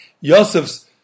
Yosef's